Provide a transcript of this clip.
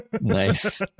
nice